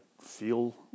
feel